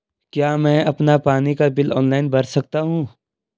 क्या मैं अपना पानी का बिल ऑनलाइन भर सकता हूँ?